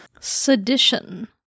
Sedition